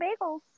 bagels